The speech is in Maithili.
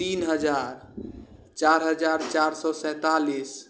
तीन हजार चारि हजार चारि सओ सैँतालिस